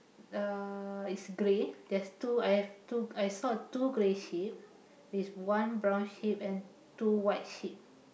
uh it's grey there's two I have two I saw two grey sheep with one brown sheep and two white sheep